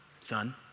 son